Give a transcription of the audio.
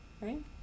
right